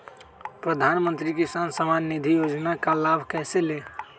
प्रधानमंत्री किसान समान निधि योजना का लाभ कैसे ले?